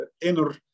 inner